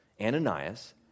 Ananias